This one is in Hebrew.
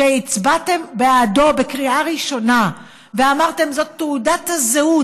שהצבעתם בעדו בקריאה ראשונה ואמרתם שהוא תעודת הזהות,